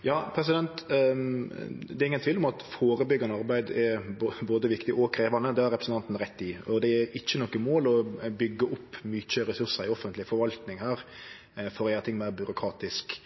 Det er ingen tvil om at førebyggjande arbeid er både viktig og krevjande. Det har representanten rett i, og det er ikkje noko mål å byggje opp mykje ressursar i offentleg forvaltning for å gjere ting meir byråkratiske.